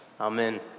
Amen